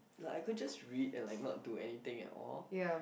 like I could just read and like not do anything at all